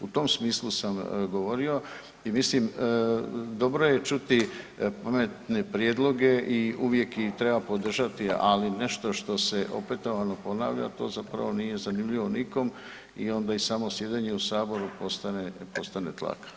U tom smislu sam govorio i mislim dobro je čuti pametne prijedloge i uvijek ih treba podržati, ali nešto što se opetovano ponavlja to zapravo nije zanimljivo nikom i onda i samo sjedenje u saboru postane, postane tlaka.